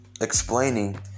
explaining